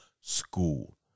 school